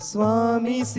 Swami